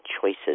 choices